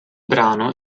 brano